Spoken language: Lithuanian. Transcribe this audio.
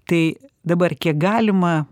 tai dabar kiek galima